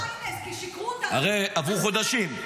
הרי עברו חודשים.